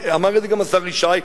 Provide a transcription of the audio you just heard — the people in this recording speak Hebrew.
אמר את זה גם השר ישי,